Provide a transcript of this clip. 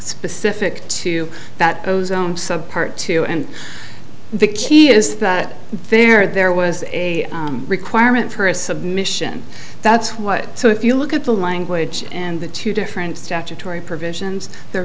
specific to that goes sub part two and the key is that there there was a requirement for a submission that's what so if you look at the language and the two different statutory provisions they're